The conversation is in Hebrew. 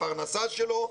בפרנסה שלו,